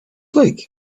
like